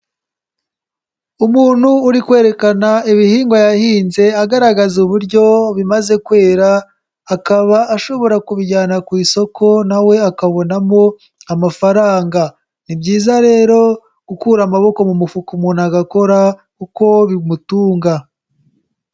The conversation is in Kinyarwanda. Umuntu uri kwerekana ibihingwa yahinze agaragaza uburyo bimaze kwera, akaba ashobora kubijyana ku isoko, na we akabonamo amafaranga. Ni byiza rero gukura amaboko mu mufuka umuntu agakora kuko bimutunga.